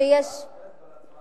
היא לא מוגבלת בזמן?